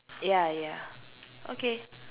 ya ya okay